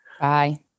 Bye